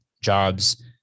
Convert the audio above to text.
jobs